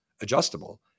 adjustable